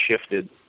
shifted